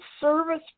service